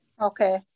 Okay